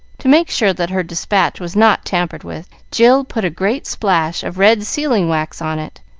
to make sure that her despatch was not tampered with, jill put a great splash of red sealing-wax on it,